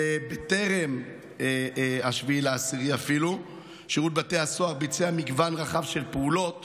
ואפילו בטרם 7 באוקטובר שירות בתי הסוהר ביצע מגוון רחב של פעולות